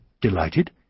delighted